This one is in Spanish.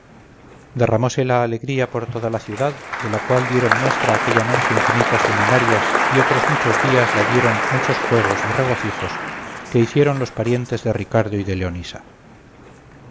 derramóse la alegría por toda la ciudad de la cual dieron muestra aquella noche infinitas luminarias y otros muchos días la dieron muchos juegos y regocijos que hicieron los parientes de ricardo y de leonisa